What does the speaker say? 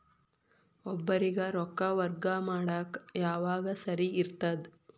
ಒಬ್ಬರಿಗ ರೊಕ್ಕ ವರ್ಗಾ ಮಾಡಾಕ್ ಯಾವಾಗ ಸರಿ ಇರ್ತದ್?